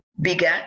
bigger